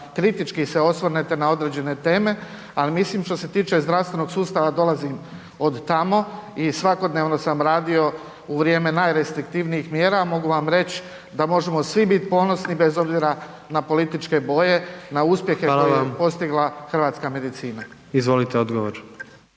kritički osvrnite na neke određene teme, ali mislim što se tiče zdravstvenog sustava dolazim od tamo i svakodnevno sam radio u vrijeme najrestriktivnijih mjera, mogu vam reć da možemo svi biti ponosni bez obzira na političke boje, na uspjehe koje je postigla hrvatska medicina. **Jandroković,